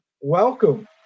Welcome